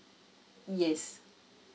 yes